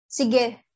Sige